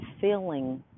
feeling